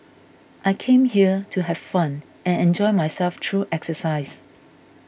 I came here to have fun and enjoy myself through exercise